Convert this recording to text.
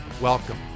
Welcome